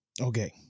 Okay